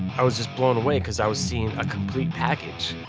i was just blown away cause i was seeing a complete package.